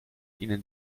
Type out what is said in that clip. ihnen